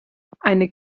eine